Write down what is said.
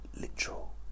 literal